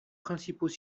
principaux